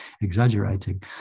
exaggerating